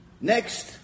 Next